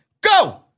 go